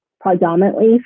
predominantly